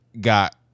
got